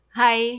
hi